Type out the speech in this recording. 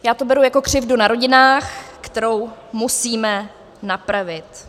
Já to beru jako křivdu na rodinách, kterou musíme napravit...